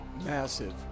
Massive